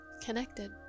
connected